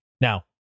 Now